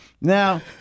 Now